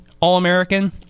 All-American